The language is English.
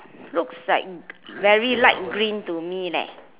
looks like very light green to me leh